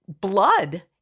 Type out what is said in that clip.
blood